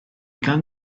gan